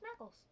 smackles